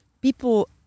people